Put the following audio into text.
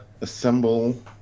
assemble